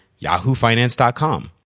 yahoofinance.com